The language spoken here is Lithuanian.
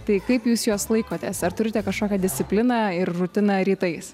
tai kaip jūs jos laikotės ar turite kažkokią discipliną ir rutiną rytais